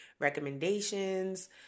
recommendations